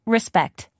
Respect